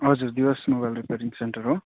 हजुर दिवस mobile repairing centre हो